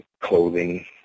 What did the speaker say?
clothing